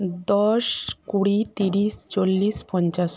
দশ কুড়ি তিরিশ চল্লিশ পঞ্চাশ